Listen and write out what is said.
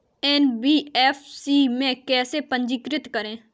NBFC में कैसे पंजीकृत करें?